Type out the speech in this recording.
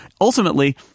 ultimately